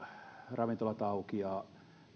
ravintolat auki ja